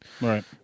Right